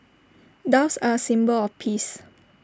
doves are A symbol of peace